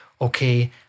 okay